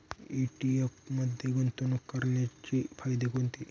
ETF मध्ये गुंतवणूक करण्याचे फायदे कोणते?